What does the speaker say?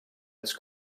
its